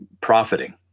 profiting